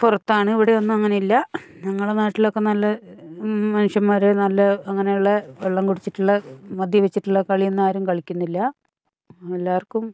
പുറത്താണ് ഇവിടെയൊന്നും അങ്ങനെയില്ല നിങ്ങളെ നാട്ടിലൊക്കെ നല്ല മനുഷ്യന്മാരെ നല്ല അങ്ങനെയുള്ള വെള്ളം കുടിച്ചിട്ടുള്ള മദ്യപിച്ചിട്ടുള്ള കളിയൊന്നും ആരും കളിക്കുന്നില്ല എല്ലാവർക്കും